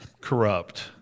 corrupt